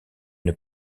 une